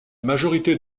majorité